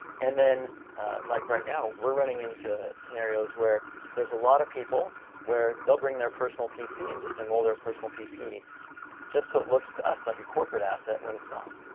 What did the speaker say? and then like right now we're running into scenarios where there's a lot of people where they'll bring their personal pc and just enroll their personal pc just so it looks to us like a corporate asset when it's not.